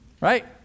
right